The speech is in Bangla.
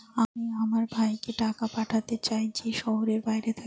আমি আমার ভাইকে টাকা পাঠাতে চাই যে শহরের বাইরে থাকে